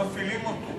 לא מפעילים אותו.